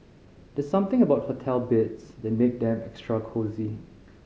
there's something about hotel beds that make them extra cosy